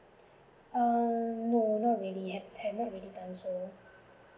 ah no not really I have not really done so